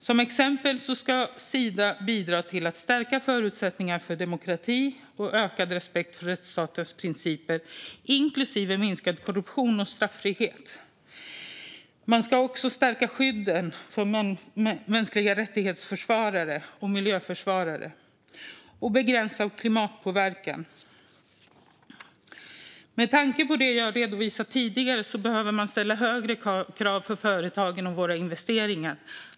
Till exempel ska Sida bidra till att stärka förutsättningarna för demokrati och ökad respekt för rättsstatens principer, inklusive minskad korruption och straffrihet. Man ska också stärka skyddet för försvarare av mänskliga rättigheter och miljöförsvarare och begränsa klimatpåverkan. Med tanke på det jag redovisat tidigare behöver man ställa högre krav på företagen och våra investeringar.